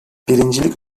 birincilik